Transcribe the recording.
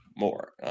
more